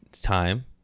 time